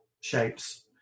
shapes